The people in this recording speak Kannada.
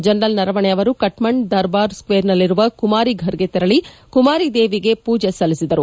ಜನರಲ್ ನರವಣೆ ಅವರು ಕಠ್ಮಂದು ದರ್ಬಾರ್ ಸ್ಕ್ರೇರ್ ನಲ್ಲಿರುವ ಕುಮಾರಿ ಫರ್ಗೆ ತೆರಳಿ ಕುಮಾರಿ ದೇವಿಗೆ ಪೊಜೆ ಸಲ್ಲಿಸಿದರು